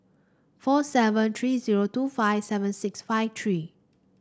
four seven three zero two five seven six five three